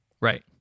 Right